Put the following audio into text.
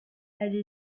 elle